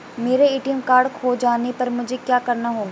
मेरा ATM card खो जाने पर मुझे क्या करना होगा?